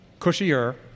cushier